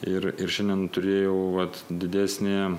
ir ir šiandien turėjau vat didesnį